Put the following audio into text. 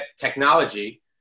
technology